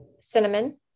cinnamon